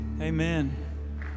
Amen